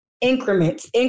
Increments